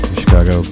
chicago